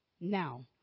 now